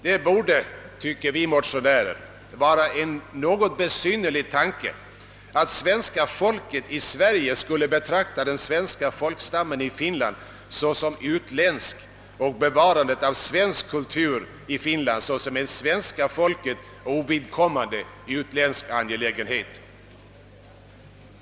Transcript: Det borde, tycker vi motionärer, vara en något besynnerlig tanke att svenska folket i Sverige skulle betrakta den svenska folkstammen i Finland såsom utländsk och bevarandet av svensk kultur i Finland såsom en del svenska folket ovidkommande utländsk angelägenhet.